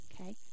Okay